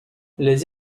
les